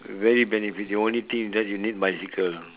very very the only thing is that you need bicycle